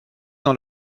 dans